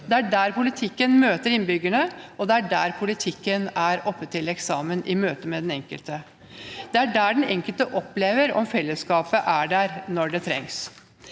det er der politikken møter innbyggerne, og det er der politikken er oppe til eksamen i møte med den enkelte. Det er der den enkelte opplever om fellesskapet er der når det trengs.